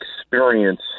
experience